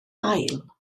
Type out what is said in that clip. ail